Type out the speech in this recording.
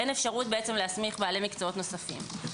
אין אפשרות להסמיך בעלי מקצועות נוספים.